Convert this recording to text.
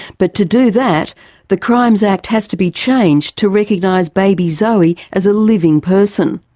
but to do that the crimes act has to be changed to recognise baby zoe as a living person.